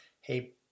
hey